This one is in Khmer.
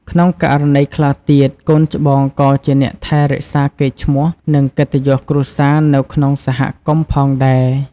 ក្នុងករណីខ្លះទៀត កូនច្បងក៏ជាអ្នកថែរក្សាកេរ្តិ៍ឈ្មោះ និង កិត្តិយសគ្រួសារនៅក្នុងសហគមន៍ផងដែរ។